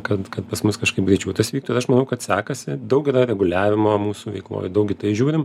kad kad pas mus kažkaip greičiau tas vyktų ir aš manau kad sekasi daug yra reguliavimo mūsų veikloj daug į tai žiūrim